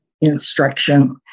instruction